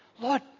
Lord